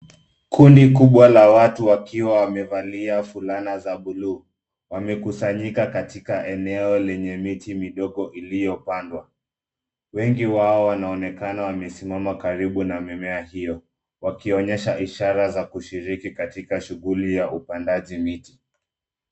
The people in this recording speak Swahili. Kundi kubwa la watu wakiwa wamevalia fulana za bluu. Wamekusanyika katika eneo lenye miti midogo iliyo pandwa. Wengi wao wanaonekana wamesimama karibu na mimea hiyo wakionyesha ishara za kushiriki katika shughuli za upandaji miti.